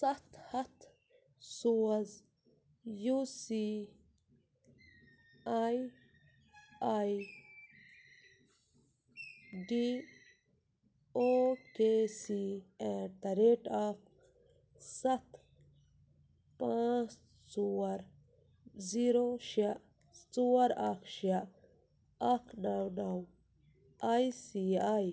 سَتھ ہَتھ سوز U C I I D O K C at the rate of سَتھ پانٛژھ ژور زیٖرو شےٚ ژور اکھ شےٚ اکھ نَو نَو آے سی آے